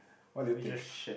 what do you think